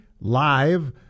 live